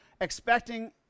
expecting